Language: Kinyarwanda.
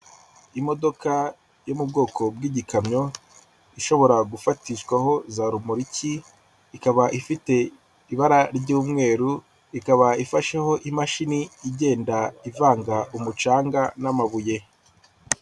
Imodoka yo mu bwoko bw'igikamyo, ishobora gufatishwaho za rumoriki, ikaba ifite ibara ry'umweru, ikaba ifasheho imashini igenda ivanga umucanga n'amabuye.